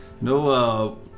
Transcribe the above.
no